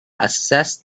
assessed